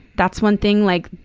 that's one thing, like,